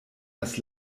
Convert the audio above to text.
das